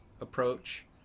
approach